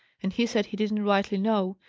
and he said he didn't rightly know,